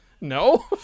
No